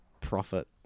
profit